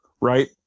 right